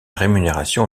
rémunération